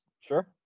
sure